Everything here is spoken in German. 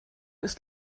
ist